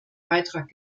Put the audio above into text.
beitrag